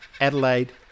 Adelaide